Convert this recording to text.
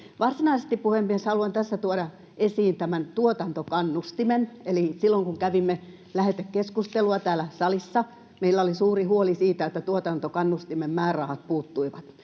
Varsinaisesti, puhemies, haluan tässä tuoda esiin tämän tuotantokannustimen. Eli silloin, kun kävimme lähetekeskustelua täällä salissa, meillä oli suuri huoli siitä, että tuotantokannustimen määrärahat puuttuivat.